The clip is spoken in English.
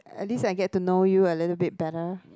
at least I get to know you a little bit better